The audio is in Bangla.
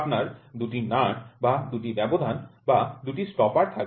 আপনার দুটি নাট্ বা দুটি ব্যবধান বা দুটি স্টপার থাকে